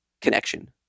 connection